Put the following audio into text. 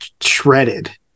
shredded